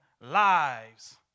lives